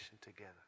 together